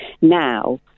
now